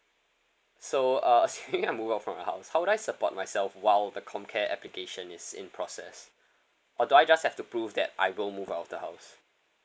so uh assuming I move out from my house how would I support myself while the comcare application is in process or do I just have to prove that I will move out of the house